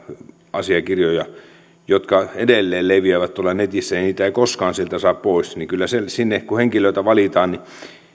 asiakirjoja jotka edelleen leviävät tuolla netissä ja niitä ei koskaan sieltä saa pois niin kun valitaan